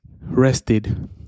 rested